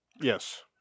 Yes